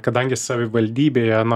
kadangi savivaldybėje